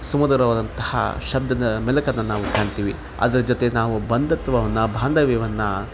ಸುಮಧುರವಾದಂತಹ ಶಬ್ದದ ಮೆಲುಕನ್ನ ನಾವು ಕಾಣ್ತೀವಿ ಅದರ ಜೊತೆ ನಾವು ಬಂಧುತ್ವವನ್ನ ಬಾಂಧವ್ಯವನ್ನು